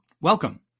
welcome